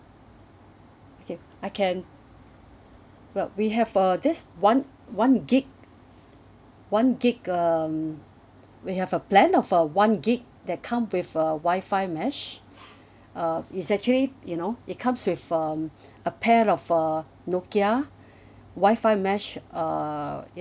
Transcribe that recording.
okay I can well we have uh this one one gigabyte one gigabyte um we have a plan of a one gigabyte that come with a Wi Fi mesh uh it's actually you know it comes with um a pair of uh Nokia Wi-Fi mesh uh